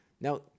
Now